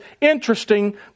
interesting